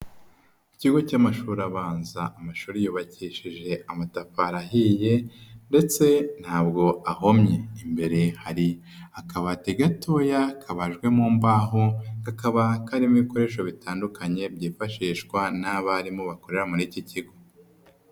Ikigo cy'amashuri abanza amashuri yubakishije amatafari ahiye ndetse ntabwo ahomye imbere hari akabati gatoya kabajwe mu mbaho kakaba karimo ibikoresho bitandukanye byifashishwa n'abarimu bakorera muri iki kigo.